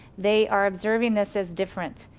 they are observing this as different.